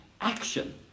action